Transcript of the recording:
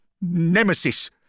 nemesis